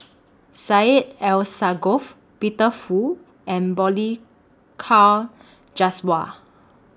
Syed Alsagoff Peter Fu and Balli Kaur Jaswal